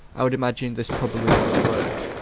i would imagine this probably won't work.